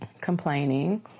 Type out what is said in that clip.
complaining